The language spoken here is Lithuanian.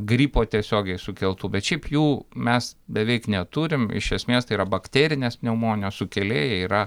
gripo tiesiogiai sukeltų bet šiaip jų mes beveik neturim iš esmės tai yra bakterinės pneumonijos sukėlėjai yra